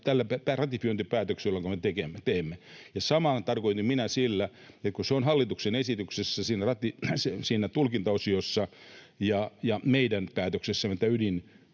tällä ratifiointipäätöksellä, jonka me teemme, ja samaa tarkoitin sillä, että se on hallituksen esityksessä siinä tulkintaosiossa ja meidän päätöksessämme, että ydinenergialain